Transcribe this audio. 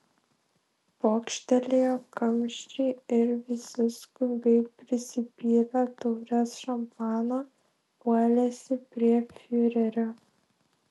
pokštelėjo kamščiai ir visi skubiai prisipylę taures šampano puolėsi prie fiurerio